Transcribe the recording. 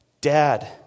Dad